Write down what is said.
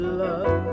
love